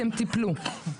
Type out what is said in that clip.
אתם תיפלו.